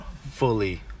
fully